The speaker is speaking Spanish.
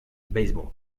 baseball